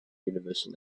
universal